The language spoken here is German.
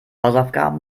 hausaufgaben